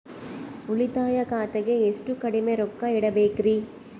ಉಳಿತಾಯ ಖಾತೆಗೆ ಎಷ್ಟು ಕಡಿಮೆ ರೊಕ್ಕ ಇಡಬೇಕರಿ?